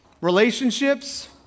relationships